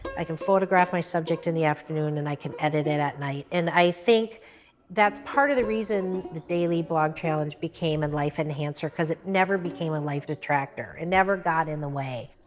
i can photograph my subject in the afternoon, and i can edit it at night, and i think that's part of the reason the daily blog challenge became a life-enhancer, cause it never became a life detractor it never got in the way.